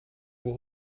vous